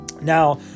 Now